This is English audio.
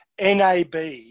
NAB